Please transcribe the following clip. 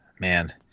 man